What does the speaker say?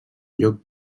lloc